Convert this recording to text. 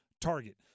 target